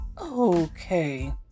Okay